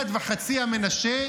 גד וחצי המנשה.